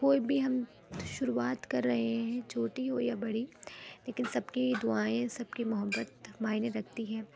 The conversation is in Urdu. کوئی بھی ہم شروعات کر رہے ہیں چھوٹی ہو یا بڑی لیکن سب کی دعائیں سب کی محبت معنی رکھتی ہیں